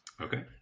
Okay